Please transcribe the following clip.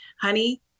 honey